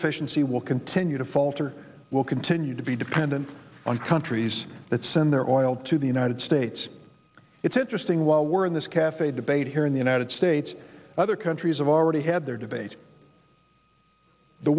efficiency will continue to falter will continue to be dependent on countries that send their oil to the united states it's interesting while we're in this cafe debate here in the united states other countries have already had their debate the